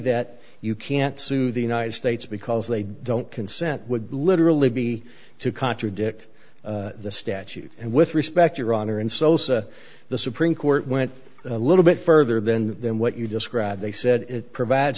that you can't sue the united states because they don't consent would literally be to contradict the statute and with respect your honor and sosa the supreme court went a little bit further than that than what you described they said it provides